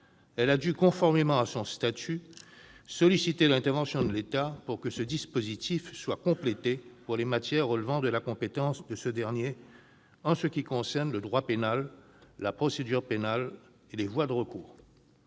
elle a dû, conformément à son statut, solliciter l'intervention de l'État pour que ce dispositif soit complété pour les matières relevant de la compétence de ce dernier en ce qui concerne le droit pénal, la procédure pénale et les voies de recours.